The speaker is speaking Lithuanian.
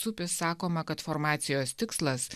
zupis sakoma kad formacijos tikslas